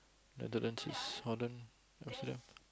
Netherlands is Holland